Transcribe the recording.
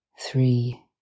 three